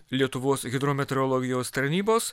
lietuvos hidrometeorologijos tarnybos